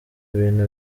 ibintu